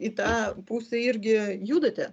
į tą pusę irgi judate